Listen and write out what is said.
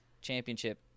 Championship